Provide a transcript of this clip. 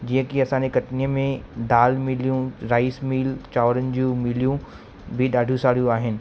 जीअं कि असांजे कटनीअ में दाल मिलियूं राइस मिल चांवरनि जूं मिलियूं बि ॾाढियूं सारियूं आहिनि